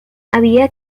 había